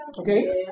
okay